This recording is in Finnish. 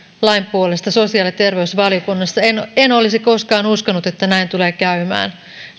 lain puolesta sosiaali ja terveysvaliokunnassa en en olisi koskaan uskonut että näin tulee käymään